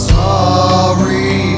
sorry